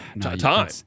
time